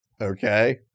okay